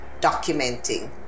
documenting